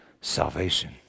Salvation